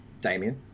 Damien